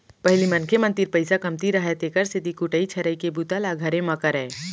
पहिली मनखे मन तीर पइसा कमती रहय तेकर सेती कुटई छरई के बूता ल घरे म करयँ